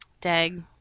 Dag